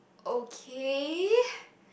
okay